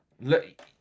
look